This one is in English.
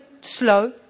slow